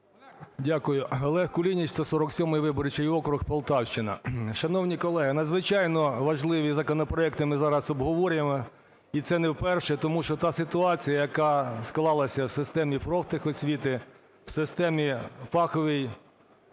Дякую. Олег Кулініч, 147 виборчий округ, Полтавщина. Шановні колеги, надзвичайно важливі законопроекти ми зараз обговорюємо, і це не вперше, тому що та ситуація, яка склалася в системі профтехосвіти, в системі фаховій